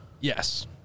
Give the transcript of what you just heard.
yes